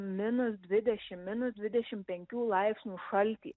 minus dvidešim minus dvidešim penkių laipsnių šaltį